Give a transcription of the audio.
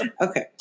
Okay